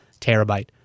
terabyte